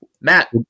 Matt